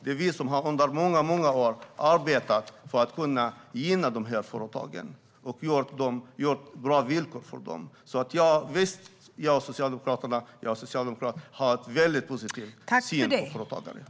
Det är vi som under många år har arbetat för att gynna dessa företag, och vi har gett dem goda villkor. Jag och Socialdemokraterna har en väldigt positiv syn på företagare.